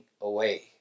away